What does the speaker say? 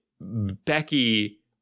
Becky